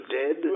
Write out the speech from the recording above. dead